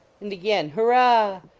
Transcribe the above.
and again hurrah!